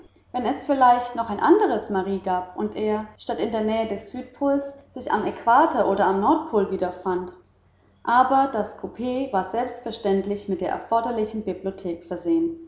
wenn es vielleicht noch ein anderes mari gab und er statt in der nähe des südpols sich am äquator oder am nordpol wiederfand aber das coup war selbstverständlich mit der erforderlichen bibliothek versehen